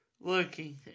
looking